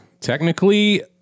Technically